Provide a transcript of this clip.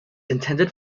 intended